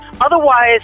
otherwise